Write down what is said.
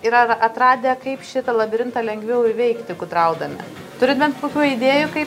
yra atradę kaip šitą labirintą lengviau įveikti gudraudami turit bent kokių idėjų kaip